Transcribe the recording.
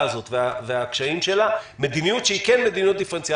הזאת והקשיים שלה מדיניות שהיא כן דיפרנציאלית,